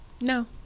No